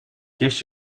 gives